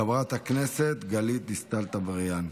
חברת הכנסת גלית דיסטל אטבריאן,